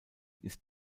ist